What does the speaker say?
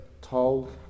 told